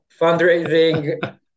fundraising